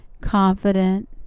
confident